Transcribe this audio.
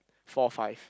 four five